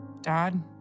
Dad